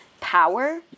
power